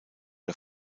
der